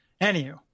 Anywho